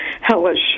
hellish